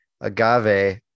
agave